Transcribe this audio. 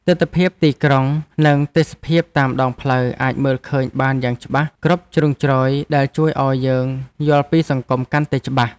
ទិដ្ឋភាពទីក្រុងនិងទេសភាពតាមដងផ្លូវអាចមើលឃើញបានយ៉ាងច្បាស់គ្រប់ជ្រុងជ្រោយដែលជួយឱ្យយើងយល់ពីសង្គមកាន់តែច្បាស់។